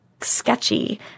sketchy